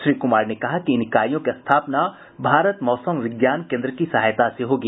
श्री कुमार ने कहा कि इन इकाईयों की स्थापना भारत मौसम विज्ञान केन्द्र की सहायता से होगी